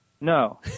No